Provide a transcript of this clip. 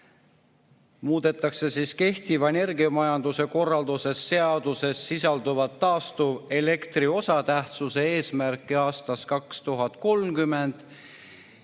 Muudetakse kehtivas energiamajanduse korralduse seaduses sisalduvat taastuvelektri osatähtsuse eesmärki aastaks 2030